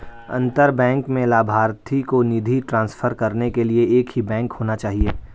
अंतर बैंक में लभार्थी को निधि ट्रांसफर करने के लिए एक ही बैंक होना चाहिए